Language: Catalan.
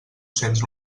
cents